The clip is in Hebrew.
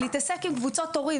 להתעסק עם קבוצות הורים,